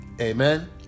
amen